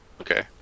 Okay